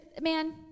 man